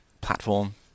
platform